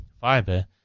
fiber